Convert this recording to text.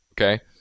Okay